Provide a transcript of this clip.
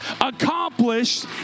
accomplished